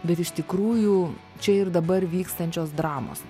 bet iš tikrųjų čia ir dabar vykstančios dramos